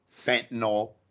fentanyl